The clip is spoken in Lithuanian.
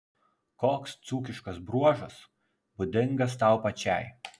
koks dzūkiškas bruožas būdingas tau pačiai